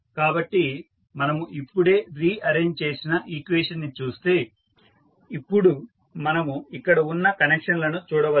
కాబట్టి మనము ఇప్పుడే రిఅరేంజ్ చేసిన ఈక్వేషన్ ని చూస్తే ఇప్పుడు మనము ఇక్కడ ఉన్న కనెక్షన్ లను చూడవచ్చు